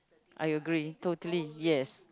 I agree totally yes